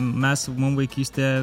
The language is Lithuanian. mes mum vaikystėje